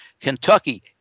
Kentucky